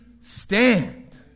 stand